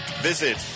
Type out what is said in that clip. visit